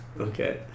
Okay